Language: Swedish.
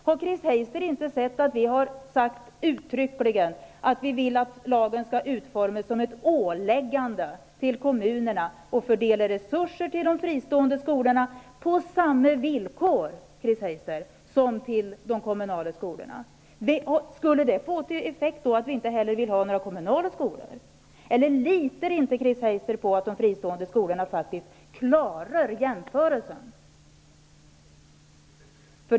Vet inte Chris Heister att vi uttryckligen har sagt att vi vill att lagen skall utformas som ett åläggande till kommunerna att fördela resurser till de fristående skolorna på samma villkor som till de kommunala skolorna? Skulle detta få som effekt att vi inte heller vill ha några kommunala skolor? Litar inte Chris Heister på att de fristående skolorna faktiskt klarar jämförelsen?